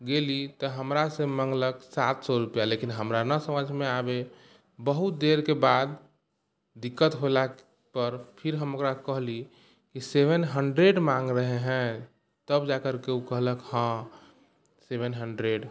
गेली तऽ हमरा से मँगलक सात सए रूपैआ लेकिन हमरा ने समझमे आबे बहुत देरके बाद दिक्कत होला पर फिर हम ओकरा कहली की सेवन हंडरेड माँग रहे हैं तब जाकरके ओ कहलक हँ सेवन हंडरेड